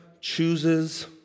chooses